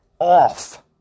off